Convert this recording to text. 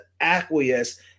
acquiesce